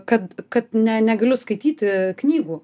kad kad ne negaliu skaityti knygų